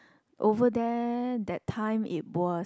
over there that time it was